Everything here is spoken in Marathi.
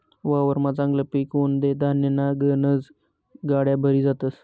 वावरमा चांगलं पिक उनं ते धान्यन्या गनज गाड्या भरी जातस